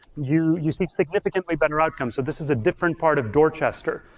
you you see significantly better outcomes so this is a different part of dorchester.